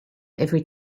every